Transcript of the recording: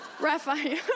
Raphael